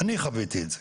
אני חוויתי את זה.